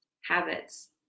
habits